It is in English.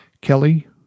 Kelly